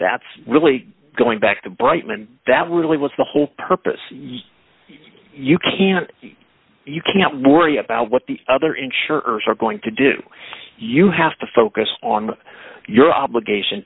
that's really going back to brightman that really was the whole purpose you can't you can't worry about what the other insurers are going to do you have to focus on your obligation